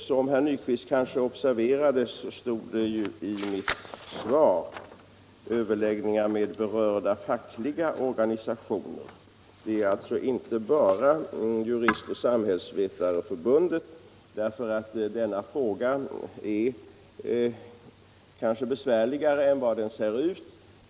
Som herr Nyquist kanske observerade talade jag i mitt svar om ”överläggningar med berörda fackliga organisationer”. Överläggningarna gäller alltså inte bara Juristoch samhällsvetareförbundet. Denna fråga är kanske besvärligare än den ser ut.